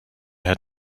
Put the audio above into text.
had